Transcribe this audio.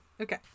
Okay